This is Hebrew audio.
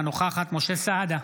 אינה נוכחת משה סעדה,